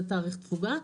זה תאריך תפוגה,